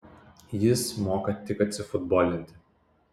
jis moka tik atsifutbolinti